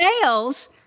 sales